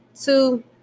two